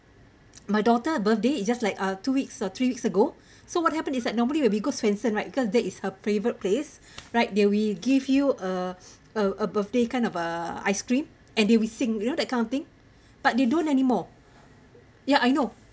my daughter birthday it's just like uh two weeks or three weeks ago so what happened is like normally we'll be go swensen right cause there is her favourite place right they will give you a a birthday kind of a ice cream and they will sing you know that kind of thing but they don't anymore ya I know